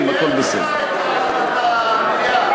אנחנו דואגים